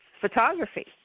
photography